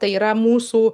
tai yra mūsų